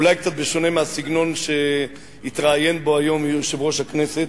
אולי קצת בשונה מהסגנון שהתראיין בו היום יושב-ראש הכנסת.